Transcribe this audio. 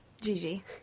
Gigi